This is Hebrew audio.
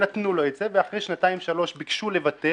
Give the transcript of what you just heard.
נתנו לו את זה, ואחרי שנתיים-שלוש ביקשו לבטל.